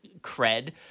cred